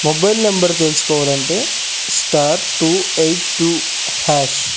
mobile number తెలుసుకోవాలంటే star two eight two hash